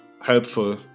helpful